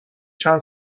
چند